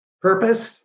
purpose